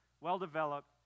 well-developed